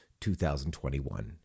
2021